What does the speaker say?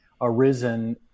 arisen